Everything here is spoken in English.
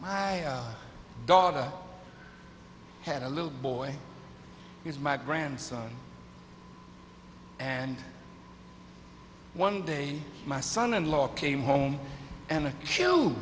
my daughter had a little boy he's my grandson and one day my son in law came home and